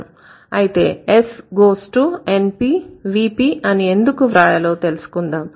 అయితే S goes to NP VP అని ఎందుకు వ్రాయాలో తెలుసుకుందాం